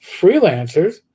freelancers